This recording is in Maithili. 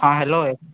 हाँ हैलो